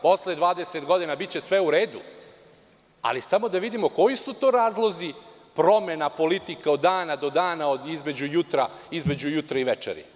Posle 20 godina biće sve u redu, ali samo da vidimo koji su to razlozi promena politika od dana do dana, između jutra i večeri.